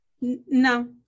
No